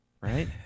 right